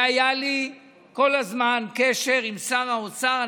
היה לי כל הזמן קשר עם שר האוצר,